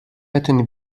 بتونی